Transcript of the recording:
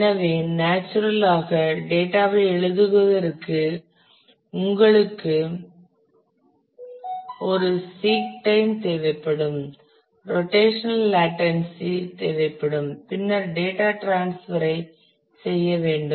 எனவே நேச்சுரல் ஆக டேட்டா ஐ எழுதுவதற்கு உங்களுக்கு ஒரு சீக் டைம் தேவைப்படும் ரோடேஷனல் லாடென்ஸி தேவைப்படும் பின்னர் டேட்டா டிரான்ஸ்பர் ஐ செய்ய வேண்டும்